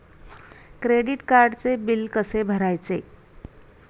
Credit कार्डचे bill कसे भरायचे?